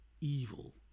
evil